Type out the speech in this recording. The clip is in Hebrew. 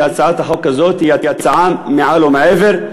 שהצעת החוק הזאת היא הצעה מעל ומעבר,